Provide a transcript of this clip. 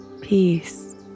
peace